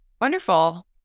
Wonderful